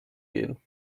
gehen